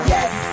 Yes